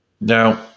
Now